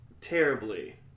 terribly